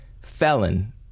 felon